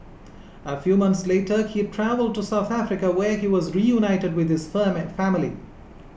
a few months later he travelled to South Africa where he was reunited with his firm family